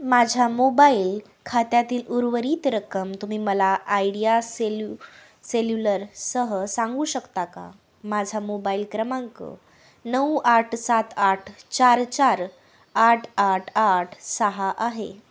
माझ्या मोबाईल खात्यातील उर्वरीत रक्कम तुम्ही मला आयडिया सेल्यु सेल्युलरसह सांगू शकता का माझा मोबाईल क्रमांक नऊ आठ सात आठ चार चार आठ आठ आठ सहा आहे